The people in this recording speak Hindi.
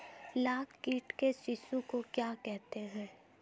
लाख कीट के शिशु को क्या कहते हैं?